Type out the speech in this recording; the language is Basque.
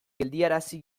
geldiarazi